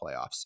playoffs